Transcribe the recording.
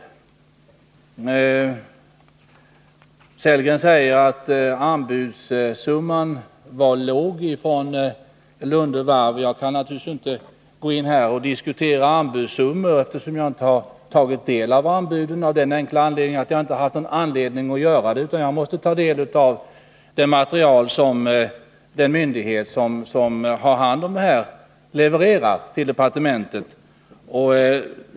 Rolf Sellgren säger att anbudssumman från Lunde Varv var låg. Jag kan naturligtvis inte gå in på och diskutera anbudssumman, eftersom jag inte har tagit del av anbuden, av det enkla skälet att jag inte haft anledning att göra det, utan jag måste ta del av det material som den myndighet som har hand om detta levererar till departementet.